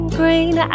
green